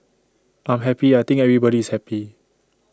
I'm happy I think everybody is happy